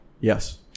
yes